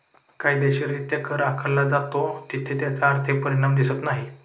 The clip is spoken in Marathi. कायदेशीररित्या कर आकारला जातो तिथे त्याचा आर्थिक परिणाम दिसत नाही